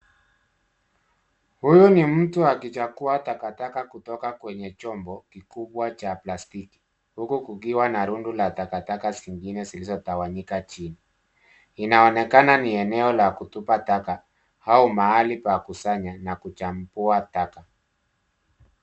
Huyu mtu akichagua takataka kutoka kwenye chombo kikubwa cha plastiki huku kukiwa na rundo la takataka zingine zilizotawanyika chini. Linaonekana ni eneo la kutupa taka au mahali pa kusanya na kuchambua taka.